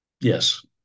Yes